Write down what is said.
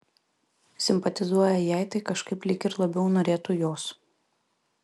simpatizuoja jai tai kažkaip lyg ir labiau norėtų jos